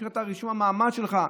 מבחינת רישום המעמד שלך,